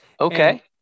okay